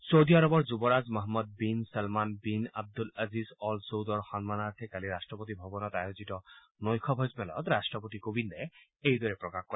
চৌদি আৰবৰ যুৱৰাজ Mohammed bin Salman bin Abdulaziz Al চৌদৰ সন্মানাৰ্থে কালি ৰট্টপতি ভৱনত আয়োজিত নৈশ ভোজমেলত ৰট্টপতি কোবিন্দে এইদৰে প্ৰকাশ কৰে